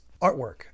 artwork